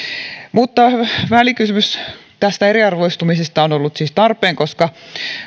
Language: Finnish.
mutta välikysymys eriarvoistumisesta on ollut siis tarpeen koska